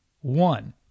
One